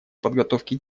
подготовке